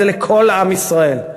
זה לכל עם ישראל,